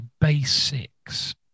basics